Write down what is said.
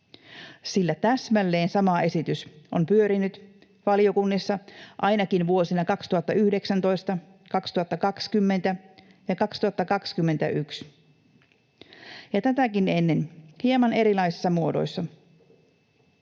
sillä täsmälleen sama esitys on pyörinyt valiokunnissa ainakin vuosina 2019, 2020 ja 2021 ja tätäkin ennen hieman erilaisissa muodoissa.